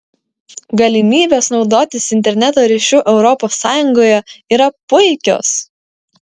galimybės naudotis interneto ryšiu europos sąjungoje yra puikios